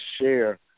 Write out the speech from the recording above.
share